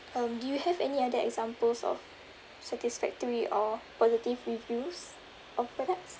um do you have any other examples of satisfactory or positive reviews of products